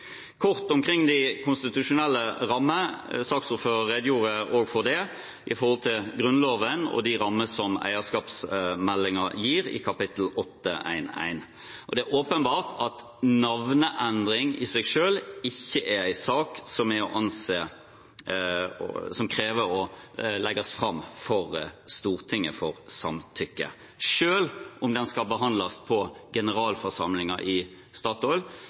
Kort om de konstitusjonelle rammene: Saksordfører redegjorde også for dem, i forhold til Grunnloven og de rammene som eierskapsmeldingen gir i kapittel 8.1.1. Det er åpenbart at navneendring i seg selv ikke er en sak det er påkrevd å legge fram for Stortinget for samtykke, selv om den skal behandles på generalforsamlingen i Statoil,